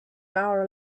hour